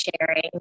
sharing